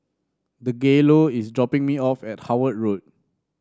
Dangelo is dropping me off at Howard Road